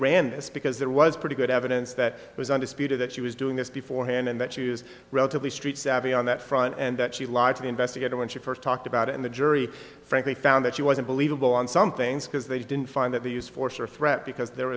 ran this because there was pretty good evidence that it was undisputed that she was doing this before hand and that she is relatively street savvy on that front and that she lied to the investigator when she first talked about it in the jury frankly found that she wasn't believable on some things because they didn't find that the use force or threat because there